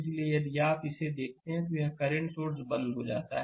इसलिए यदि आप इसे देखते हैं तो यह करंट सोर्स बंद हो जाता है